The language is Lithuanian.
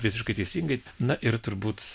visiškai teisingai na ir turbūt